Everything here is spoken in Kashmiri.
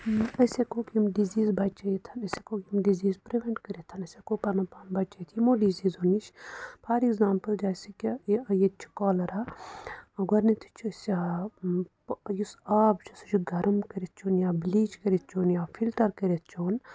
أسی ہٮ۪کوٗکھ یِم ڈِزیٖز بَچٲوِتھ أسی ہٮ۪کوکھ یِم ڈِزیٖز پرٛیوینٛٹ کٔرِتھ أسی ہٮ۪کو پَنُن پان بَچٲوِتھ یِمو ڈِزیٖزو نِش فار ایٚکزامپُل جیسے کہِ یہِ ییٚتہِ چھُ کالٕرا گۅڈنٮ۪تھٕے چھُ اَسہِ آب یُس آب چھُ سُہ چھُ گرم کٔرِتھ چون یا بِلیٖچ کٔرِتھ چون یا فِلٹر کٔرِتھ چون